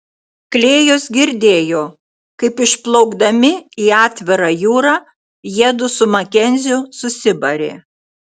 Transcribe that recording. klėjus girdėjo kaip išplaukdami į atvirą jūrą jiedu su makenziu susibarė